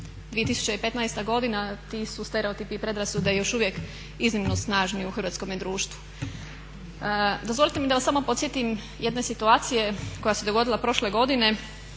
2015.godina ti su stereotipi i predrasude još uvijek iznimno snažni u hrvatskome društvu. Dozvolite mi da vas samo podsjetim jedne situacije koja se dogodila prošle godine,